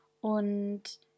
und